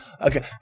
okay